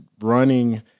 running